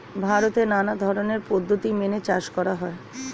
ভারতে নানা ধরনের পদ্ধতি মেনে চাষ করা হয়